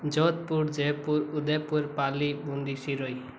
Jodhpur Jaipur Udaipur Pali Bundi Sirohi